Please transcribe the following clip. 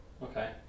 Okay